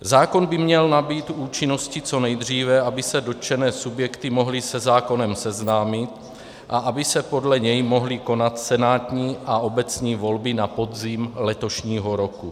Zákon by měl nabýt účinnosti co nejdříve, aby se dotčené subjekty mohly se zákonem seznámit a aby se podle něj mohly konat senátní a obecní volby na podzim letošního roku.